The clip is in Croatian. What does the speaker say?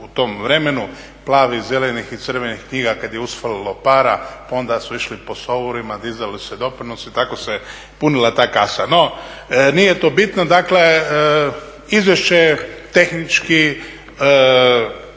u tom vremenu plavih, zelenih i crvenih knjiga kada je usfalilo para pa onda su išli …, dizali su se doprinosi, tako se punila ta kada. No, nije to bitno. Dakle, izvješće je tehnički